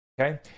Okay